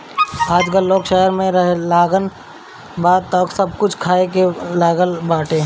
आजकल लोग शहर में रहेलागल बा तअ सब कुछ खाए लागल बाटे